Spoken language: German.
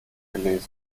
gelesen